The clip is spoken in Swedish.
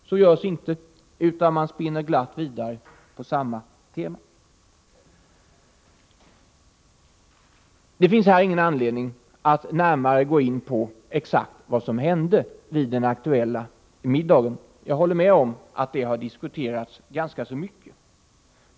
Så görs emellertid inte, utan man spinner glatt vidare på samma tema. Det finns ingen anledning att här närmare gå in på vad som exakt hände vid den aktuella middagen. Jag håller med om att saken har diskuterats ganska mycket.